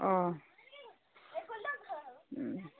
ও